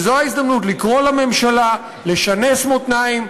וזו ההזדמנות לקרוא לממשלה לשנס מותניים,